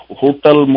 hotel